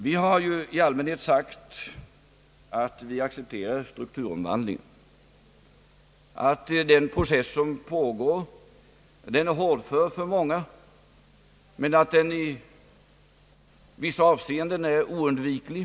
Vi har i allmänhet sagt att vi accepterar strukturomvandling, att den process som pågår är hårdför för många, men att den i vissa avseenden är oundviklig.